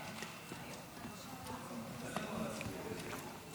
בבקשה, אדוני השר.